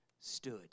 stood